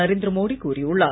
நரேந்திர மோடி கூறியுள்ளார்